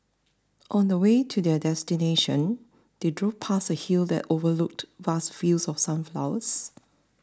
on the way to their destination they drove past a hill that overlooked vast fields of sunflowers